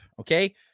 okay